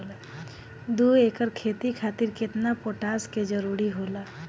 दु एकड़ खेती खातिर केतना पोटाश के जरूरी होला?